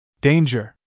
Danger